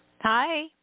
Hi